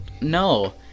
No